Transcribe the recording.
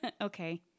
Okay